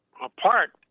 Apart